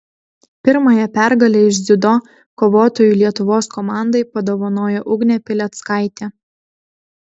pirmąją pergalę iš dziudo kovotojų lietuvos komandai padovanojo ugnė pileckaitė